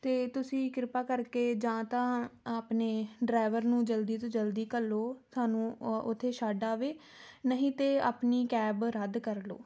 ਅਤੇ ਤੁਸੀਂ ਕਿਰਪਾ ਕਰਕੇ ਜਾਂ ਤਾਂ ਆਪਣੇ ਡਰਾਈਵਰ ਨੂੰ ਜਲਦੀ ਤੋਂ ਜਲਦੀ ਘੱਲੋ ਸਾਨੂੰ ਉ ਉੱਥੇ ਛੱਡ ਆਵੇ ਨਹੀਂ ਤਾਂ ਆਪਣੀ ਕੈਬ ਰੱਦ ਕਰ ਲਉ